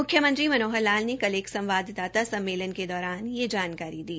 मुख्यमंत्री मनोहर लाल ने कल एक संवाददाता सम्मेलन के दौरान यह जानकारी दी